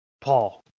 Paul